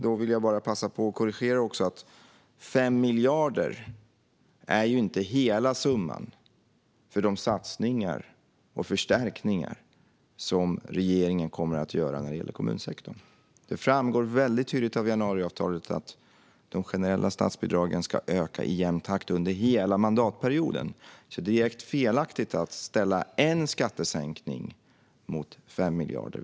Jag vill bara passa på att korrigera en sak: 5 miljarder är inte hela summan för de satsningar och förstärkningar som regeringen kommer att göra när det gäller kommunsektorn. Det framgår tydligt av januariavtalet att de generella statsbidragen ska öka i jämn takt under hela mandatperioden, så det är direkt felaktigt att ställa en skattesänkning mot 5 miljarder.